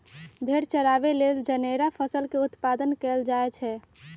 भेड़ा चराबे लेल जनेरा फसल के उत्पादन कएल जाए छै